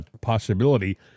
possibility